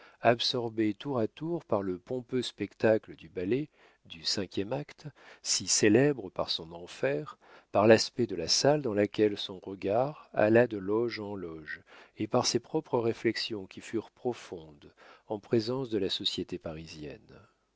absorbé tour à tour par le pompeux spectacle du ballet du cinquième acte si célèbre par son enfer par l'aspect de la salle dans laquelle son regard alla de loge en loge et par ses propres réflexions qui furent profondes en présence de la société parisienne